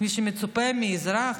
כפי שמצופה מאזרח,